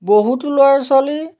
বহুতো ল'ৰা ছোৱালী